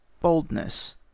Boldness